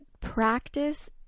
practice